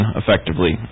effectively